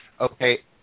okay